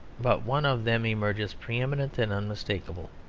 but one of them emerges pre-eminent and unmistakable.